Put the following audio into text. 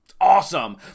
awesome